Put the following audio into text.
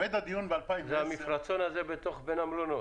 זה המפרצון הזה בין המלונות?